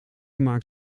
maakt